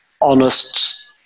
honest